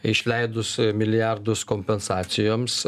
išleidus milijardus kompensacijoms